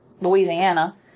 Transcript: Louisiana